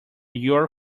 your